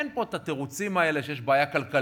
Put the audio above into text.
אין פה התירוצים האלה, שיש בעיה כלכלית.